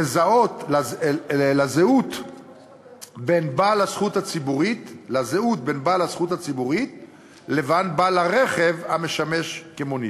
לזהות בין בעל הזכות הציבורית לבין בעל הרכב המשמש כמונית.